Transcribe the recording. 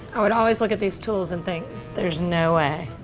i would always look at these tools and think there's no way.